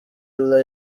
only